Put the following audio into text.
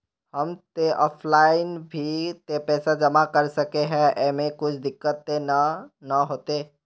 हम ते ऑफलाइन भी ते पैसा जमा कर सके है ऐमे कुछ दिक्कत ते नय न होते?